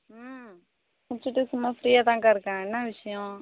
ம் முடிச்சுட்டு சும்மா ஃப்ரீயா தான்க்கா இருக்கேன் என்ன விஷயம்